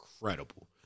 incredible